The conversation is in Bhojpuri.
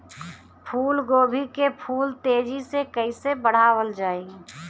फूल गोभी के फूल तेजी से कइसे बढ़ावल जाई?